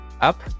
up